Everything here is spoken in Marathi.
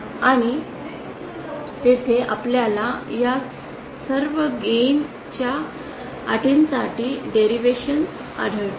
आणि तेथे आपल्याला या सर्व गेन च्या अटींसाठी डेरिवंशन्स आढळतील